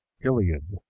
iliad.